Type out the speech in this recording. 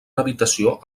habitació